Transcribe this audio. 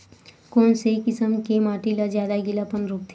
कोन से किसम के माटी ज्यादा गीलापन रोकथे?